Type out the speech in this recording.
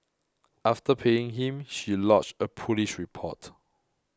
after paying him she lodged a police report